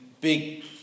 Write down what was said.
big